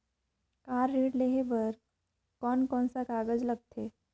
Car ऋण लेहे बार कोन कोन सा कागज़ लगथे?